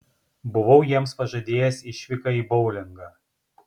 buvau jiems pažadėjęs išvyką į boulingą